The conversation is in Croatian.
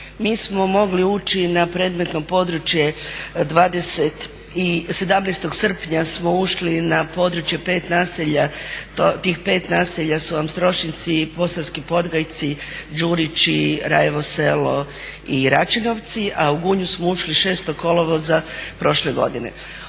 Mi smo mogli ući na predmetno područje 17. srpnja smo ušli na područje 5 naselja, tih 5 naselja su vam Strošinci i Posavski Podgajci, Đurići, Rajevo Selo i Račinovci a u Gunju smo ušli 6. kolovoza prošle godine.